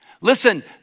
Listen